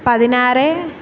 പതിനാറ്